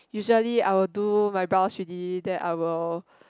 usually I will do my brows already then I will